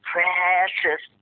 Precious